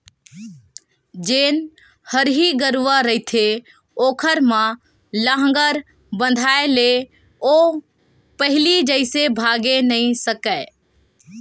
जेन हरही गरूवा रहिथे ओखर म लांहगर बंधाय ले ओ पहिली जइसे भागे नइ सकय